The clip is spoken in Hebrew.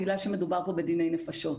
בגלל שמדובר פה בדיני נפשות.